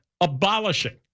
Abolishing